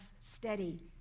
steady